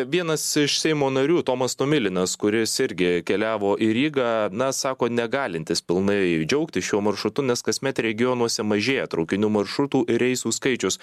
vienas iš seimo narių tomas tomilinas kuris irgi keliavo į rygą na sako negalintis pilnai džiaugtis šiuo maršrutu nes kasmet regionuose mažėja traukinių maršrutų ir reisų skaičius